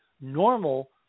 normal